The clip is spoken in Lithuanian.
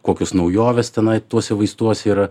kokios naujovės tenai tuose vaistuose yra